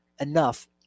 enough